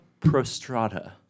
prostrata